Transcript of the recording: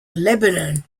lebanon